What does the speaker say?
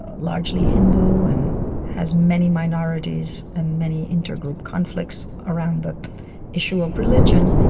ah largely hindu and has many minorities and many intergroup conflicts around the issue of religion.